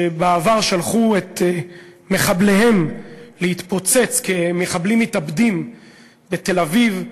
שבעבר שלחו את מחבליהם להתפוצץ כמחבלים מתאבדים בתל-אביב,